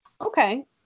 Okay